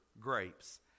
grapes